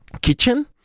kitchen